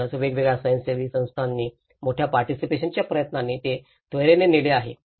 म्हणूनच वेगवेगळ्या स्वयंसेवी संस्थांनी मोठ्या पार्टीसिपेशनाच्या प्रयत्नांनी ते त्वरेने नेले आहे